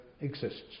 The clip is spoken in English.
exists